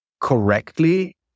correctly